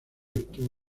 obtuvo